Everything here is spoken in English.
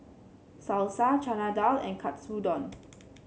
Salsa Chana Dal and Katsudon